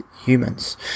humans